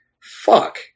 Fuck